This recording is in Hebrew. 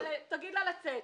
--- תגיד לה לצאת.